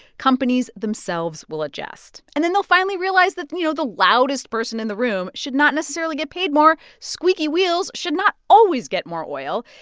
companies themselves will adjust. and then they'll finally realize that, you know, the loudest person in the room should not necessarily get paid more. squeaky wheels should not always get more oil.